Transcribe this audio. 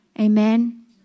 Amen